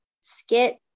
skit